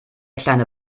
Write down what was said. kleine